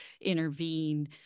intervene